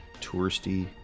touristy